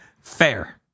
fair